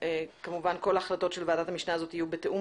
כמובן כל החלטות ועדת המשנה הזאת יהיו בתיאום